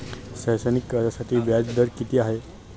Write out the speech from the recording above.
शैक्षणिक कर्जासाठी व्याज दर किती आहे?